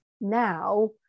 now